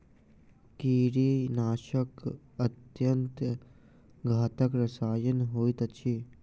कीड़ीनाशक अत्यन्त घातक रसायन होइत अछि